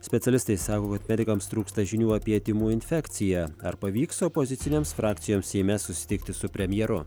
specialistai sako kad medikams trūksta žinių apie tymų infekciją ar pavyks opozicinėms frakcijoms seime susitikti su premjeru